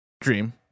dream